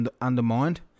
undermined